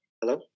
hello